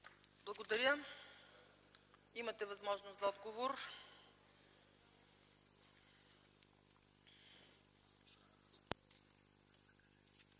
Благодаря. Имате възможност за отговор.